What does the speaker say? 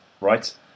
right